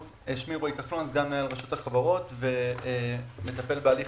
שמי רועי כחלון סגן מנהל רשות החברות ומטפל בהליך